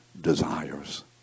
desires